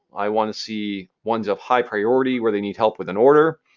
i want to see ones of high priority where they need help with an order.